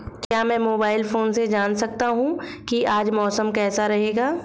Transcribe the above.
क्या मैं mobile phone से जान सकता हूँ कि आज मौसम कैसा रहेगा?